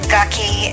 Gucky